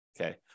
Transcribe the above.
okay